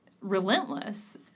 relentless